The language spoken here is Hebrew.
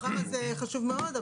הדבר הזה חשוב מאוד.